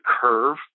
curve